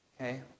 Okay